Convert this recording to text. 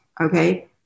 Okay